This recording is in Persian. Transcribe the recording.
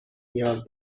نیاز